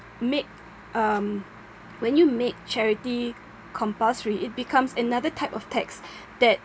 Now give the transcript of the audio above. make um when you make charity compulsory it becomes another type of tax that